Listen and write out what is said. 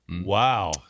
Wow